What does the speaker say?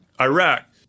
Iraq